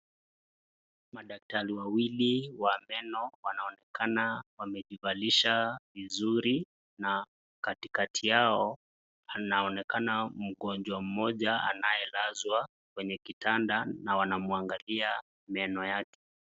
Madaktari wawili wa meno wanaonekana wamejivalisha vizuri na katikati yao anaonekana mgonjwa mmoja anayelazwa kwenye kitanda na wanamwagalia meno yake.